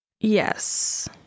yes